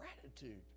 gratitude